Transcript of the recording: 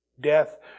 Death